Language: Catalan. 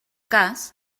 cas